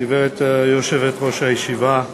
יושבת-ראש הישיבה,